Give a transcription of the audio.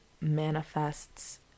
manifests